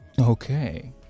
Okay